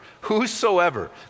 whosoever